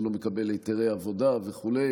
הוא לא מקבל היתרי עבודה וכו',